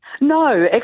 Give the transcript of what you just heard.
No